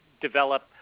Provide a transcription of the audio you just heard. develop